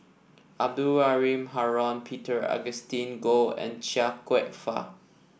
Abdul Halim Haron Peter Augustine Goh and Chia Kwek Fah